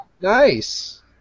Nice